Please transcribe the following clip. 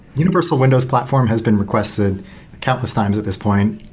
universal windows platform has been requested countless times at this point.